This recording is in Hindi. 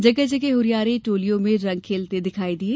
जगह जगह हुरियारे टोलियों में रंग खेलते दिखाई दिये